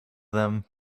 them